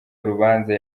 urubanza